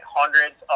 hundreds